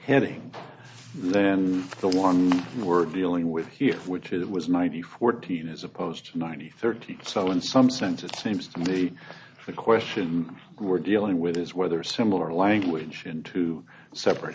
heading than the one we're dealing with here which it was ninety fourteen as opposed to ninety thirty so in some sense it seems to me the question we're dealing with is whether similar language in two separate